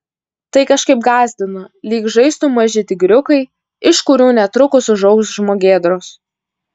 tai kažkaip gąsdino lyg žaistų maži tigriukai iš kurių netrukus užaugs žmogėdros